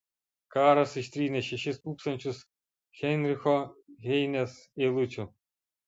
karas ištrynė šešis tūkstančius heinricho heinės eilučių